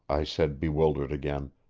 i said, bewildered again,